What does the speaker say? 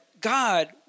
God